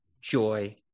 joy